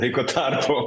laiko tarpu